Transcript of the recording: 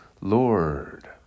Lord